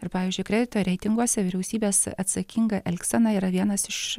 ir pavyzdžiui kredito reitinguose vyriausybės atsakinga elgsena yra vienas iš